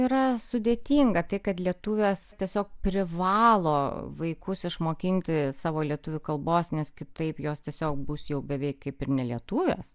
yra sudėtinga tai kad lietuvės tiesiog privalo vaikus išmokinti savo lietuvių kalbos nes kitaip jos tiesiog bus jau beveik kaip ir ne lietuvės